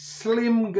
slim